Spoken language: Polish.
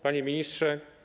Panie Ministrze!